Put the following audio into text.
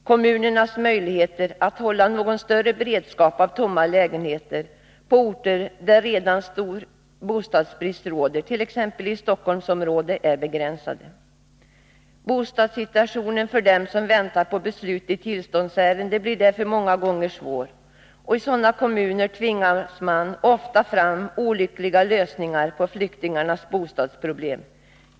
Kommunernas möjligheter att hålla någon större beredskap av tomma lägenheter på orter där redan stor bostadsbrist råder, t.ex. i Stockholmsområdet, är begränsade. Bostadssituationen för dem som väntar på beslut i tillståndsärenden blir därför många gånger svår. I sådana kommuner tvingar man ofta fram olyckliga lösningar på flyktingarnas bostadsproblem.